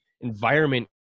environment